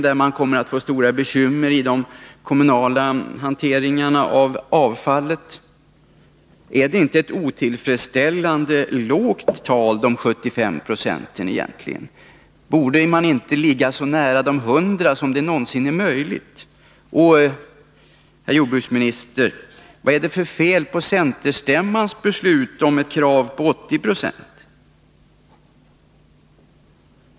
Därmed kommer man inom de kommunala hanteringarna av avfallet att få stora bekymmer. Är inte 75 26 egentligen ett otillfredsställande lågt tal? Borde man inte försöka komma så nära 100 96 som det någonsin är möjligt? Och, herr jordbruksminister, vad är det för fel på centerstämmans beslut om krav på 80 96 återvinning?